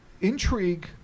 intrigue